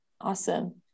awesome